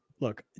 Look